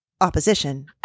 opposition